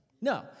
No